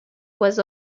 was